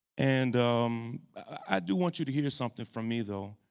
and i do want you to hear something from me though.